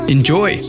Enjoy